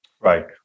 Right